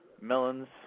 melons